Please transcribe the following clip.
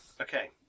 Okay